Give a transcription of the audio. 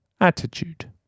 Attitude